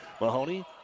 Mahoney